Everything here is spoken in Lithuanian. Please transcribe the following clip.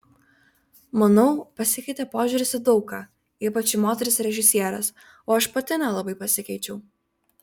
manau pasikeitė požiūris į daug ką ypač į moteris režisieres o aš pati nelabai pasikeičiau